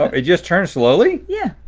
it just turns slowly? yeah.